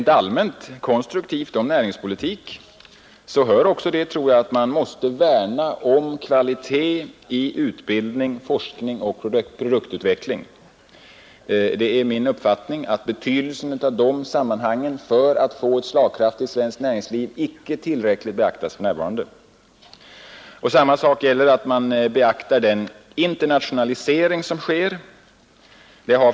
Till en konstruktiv näringspolitik hör att man rent allmänt måste värna om kvaliteten i utbildning, forskning och produktutveckling. Betydelsen av de sammanhangen för att få ett slagkraftigt svenskt näringsliv beaktas icke tillräckligt för närvarande, enligt min uppfattning. Vidare bör man beakta den internationalisering som sker.